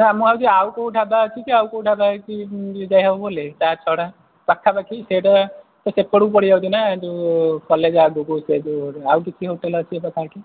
ନା ମୁଁ ଭାବୁଛି ଆଉ କୋଉ ଢାବା ଅଛି କି ଆଉ କୋଉ ଢାବା ହେଇଛି କି ଯାଇ ହେବ ବୋଲି ତା ଛଡ଼ା ପାଖାପାଖି ସେଇଟା ତ ସେପଟକୁ ପଡ଼ିଯାଉଛି ନା ଏ ଯୋଉ କଲେଜ୍ ଆଗକୁ ସେ ଯୋଉ ଆଉ କିଛି ହୋଟେଲ୍ ଅଛି ଏ ପାଖାପାଖି